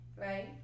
right